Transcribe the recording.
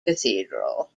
cathedral